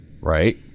right